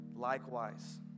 Likewise